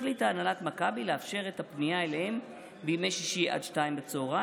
החליטה הנהלת מכבי לאפשר את הפנייה אליהם בימי שישי עד 14:00,